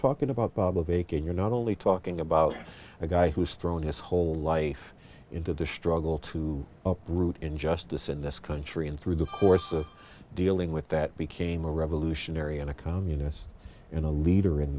talking about bob avakian you're not only talking about a guy who's thrown his whole life into this struggle to uproot injustice in this country and through the course of dealing with that became a revolutionary and a communist in a leader in